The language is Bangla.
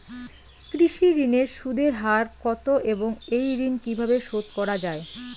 কৃষি ঋণের সুদের হার কত এবং এই ঋণ কীভাবে শোধ করা য়ায়?